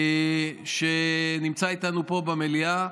שנמצא איתנו פה במליאה